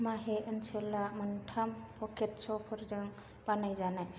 माहे ओनसोला मोनथाम पकेट्सफोरजों बानायजानाय